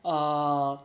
err